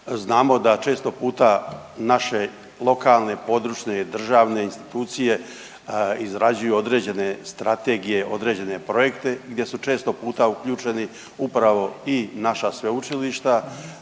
Znamo da često puta naše lokalne, područne, državne institucije izrađuju određene strategije, određene projekte gdje su često puta uključeni upravo i naša sveučilišta.